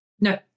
No